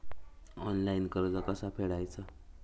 Online कर्ज कसा फेडायचा?